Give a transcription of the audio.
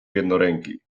jednoręki